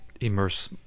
Immerse